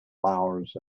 flowers